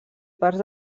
parts